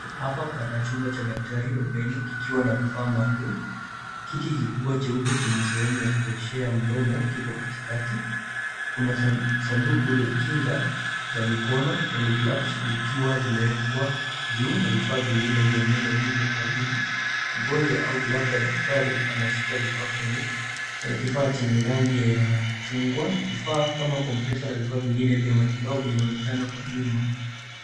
Hapa pana chumba cha daktari wa meno kikiwa na vifaa maalum. Kiti kikubwa cheupe chenye sehemu ya kuoshea mdomo kipo katikati, kuna sanduku la kinga za mikono yaani gloves zikiwa zimeekwa juu na vifaa vingine vya meno vipo karibu. Mgonjwa au labda daktari anashika kifaa chenye rangi ya chungwa. Vifaa kama compressor na vifaa vingine vya matibabu vinaonekana kwa nyuma.